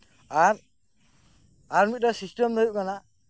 ᱟᱨ ᱟᱨᱢᱤᱫᱴᱮᱱ ᱥᱤᱥᱴᱮᱢ ᱫᱚ ᱦᱩᱭᱩᱜ ᱠᱟᱱᱟ